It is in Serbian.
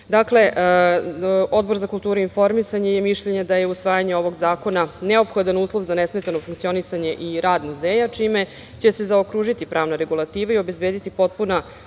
godine. Odbor za kulturu i informisanje je mišljenja da je usvajanje ovog zakona, neophodan uslov za nesmetano funkcionisanje i rad muzeja, čime će se zaokružiti pravna regulativa i obezbediti potpuna